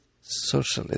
socialist